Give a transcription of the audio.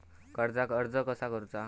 कर्जाक अर्ज कसा करुचा?